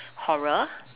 horror